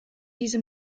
diese